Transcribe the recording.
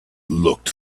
looked